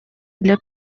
для